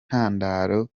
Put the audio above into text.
ntandaro